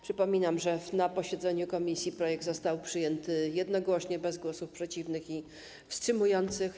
Przypominam, że na posiedzeniu komisji projekt został przyjęty jednogłośnie, bez głosów przeciwnych i wstrzymujących się.